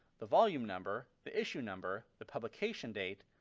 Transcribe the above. the volume number, the issue number, the publication date,